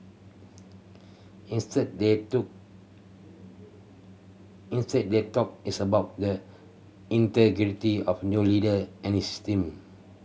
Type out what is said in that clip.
instead they took instead they talk is about the integrity of new leader and his team